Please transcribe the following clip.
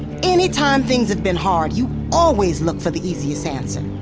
any time things have been hard, you always look for the easiest answer,